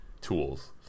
tools